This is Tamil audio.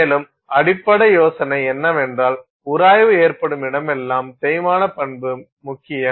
மேலும் அடிப்படை யோசனை என்னவென்றால் உராய்வு ஏற்படும் இடமெல்லாம் தேய்மான பண்பு முக்கியம்